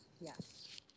Yes